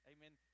Amen